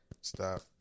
Stop